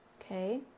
Okay